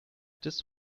this